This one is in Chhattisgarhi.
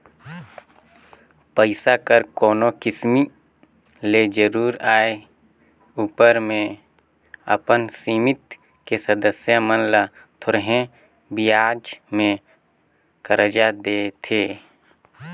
पइसा कर कोनो किसिम ले जरूरत आए उपर में अपन समिति के सदस्य मन ल थोरहें बियाज में करजा देथे